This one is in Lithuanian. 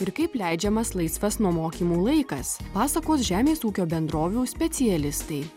ir kaip leidžiamas laisvas nuo mokymų laikas pasakos žemės ūkio bendrovių specialistai